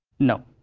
no.